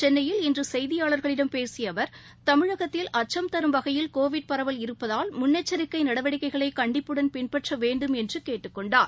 சென்னையில் இன்று செய்தியாளர்களிடம் பேசிய அவர் தமிழகத்தில் அச்சம் தரும் வகையில் கோவிட் பரவல் இருப்பதால் முன்னெச்சரிக்கை நடவடிக்கைகளை கண்டிப்புடன் பின்பற்ற வேண்டும் என்று கேட்டுக்கொண்டார்